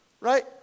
Right